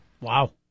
Wow